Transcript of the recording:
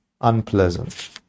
unpleasant